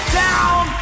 down